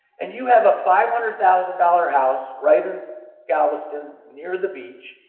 and you have a five hundred thousand dollars house right in galveston, near the beach,